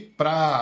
para